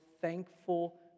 thankful